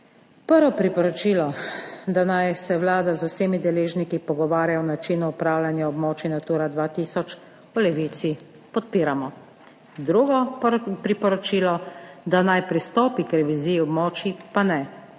Prvo priporočilo, da naj se Vlada z vsemi deležniki pogovarja o načinu upravljanja območij Natura 2000, v Levici podpiramo. Drugo priporočilo, da naj pristopi k reviziji območij, pa ne.